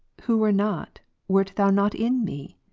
who were not, wert thou not in me?